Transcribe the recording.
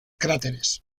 cráteres